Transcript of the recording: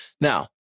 Now